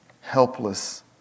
helpless